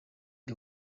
the